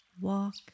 walk